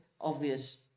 obvious